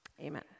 Amen